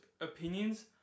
opinions